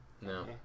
No